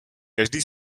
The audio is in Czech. každý